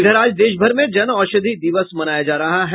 इधर आज देशभर में जन औषधि दिवस मनाया जा रहा है